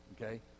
okay